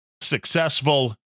successful